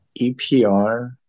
EPR